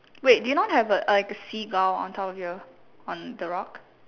wait do you not have a like a seagull on top of your on the rock